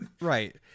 right